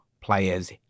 players